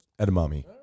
edamame